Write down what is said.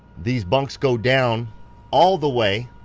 these bunks go down all the way.